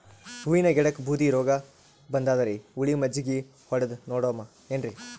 ಹೂವಿನ ಗಿಡಕ್ಕ ಬೂದಿ ರೋಗಬಂದದರಿ, ಹುಳಿ ಮಜ್ಜಗಿ ಹೊಡದು ನೋಡಮ ಏನ್ರೀ?